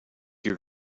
your